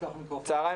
צהריים